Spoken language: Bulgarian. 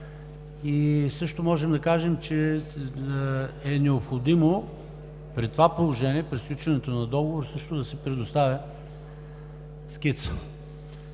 Също можем да кажем, че е необходимо при това положение при сключването на договор също да се предоставя скица.